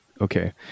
Okay